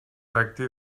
tracti